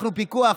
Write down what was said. פתחנו פיקוח.